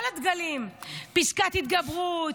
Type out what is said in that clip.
כל הדגלים, פסקת התגברות,